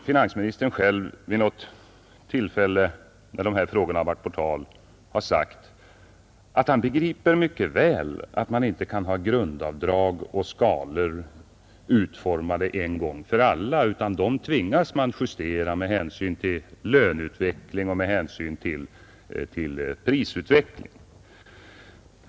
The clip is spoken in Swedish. Finansministern har ändå själv vid något tillfälle, när de här frågorna har varit på tal, sagt att han mycket väl begriper att man inte kan ha grundavdrag och skalor utformade en gång för alla, utan dem tvingas man justera med hänsyn till löneutveckling och prisutveckling.